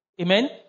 Amen